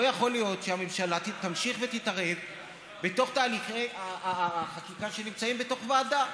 לא יכול להיות שהממשלה תמשיך ותתערב בתהליכי החקיקה שנמצאים בוועדה.